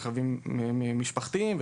רכבים משפחתיים,